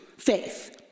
Faith